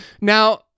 Now